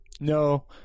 No